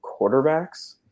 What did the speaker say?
quarterbacks